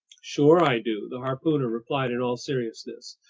sure i do, the harpooner replied in all seriousness.